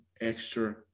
extra